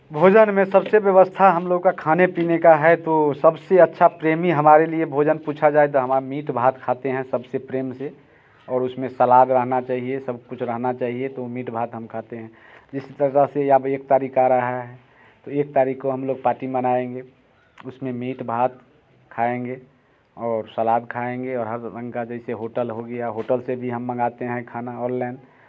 भोजन में सबसे व्यवस्था हम लोग का खाने पीने का है तो सबसे अच्छा प्रेमी हमारे लिए भोजन पूछा जाए तो हमारा मीट भात हम खाते हैं सबसे प्रेम से और उसमें सलाद रहना चाहिए सब कुछ रहना चाहिए तो मीट भात हम खाते हैं इस दरगाह से आप एक तारीख आ रहा है एक तारीख को हम लोग पार्टी मनाएंगे उसमें मीट भात खाएंगे और सलाद खाएंगे और होटल हो गया होटल से भी हम मांगते हैं खाना ऑनलाइन